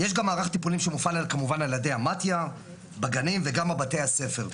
יש גם מערך טיפולים שמופעל על כמובן על ידי המתי"א בגנים וגם בבתי הספר.